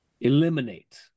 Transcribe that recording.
Eliminate